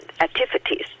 activities